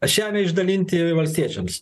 žemę išdalinti valstiečiams